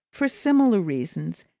for similar reasons,